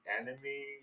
enemy